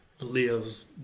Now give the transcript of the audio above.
lives